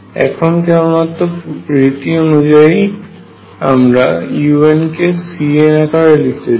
এখন কেবলমাত্র প্রচলিত রিতি অনুযায়ী আমরা un কে Cn আকারে লিখতে চাই